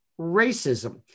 racism